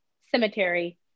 cemetery